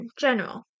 General